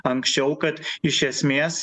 anksčiau kad iš esmės